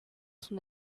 son